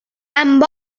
amb